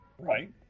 Right